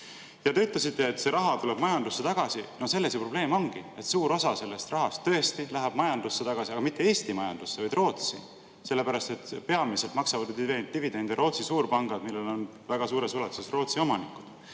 Te ütlesite, et see raha tuleb majandusse tagasi. Aga selles ju probleem ongi, et suur osa sellest rahast tõesti läheb majandusse tagasi, kuid mitte Eesti majandusse, vaid Rootsi, sellepärast et peamiselt maksavad dividende Rootsi suurpangad, millel on väga suures ulatuses Rootsi omanikud. Nii